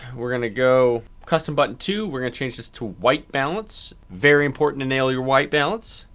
we're gonna go custom button two. we're gonna change this to white balance. very important to nail your white balance.